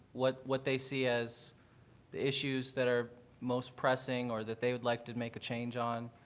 what what they see as the issues that are most pressing or that they would like to make a change on.